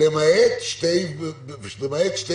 -- למעט שתי ועדות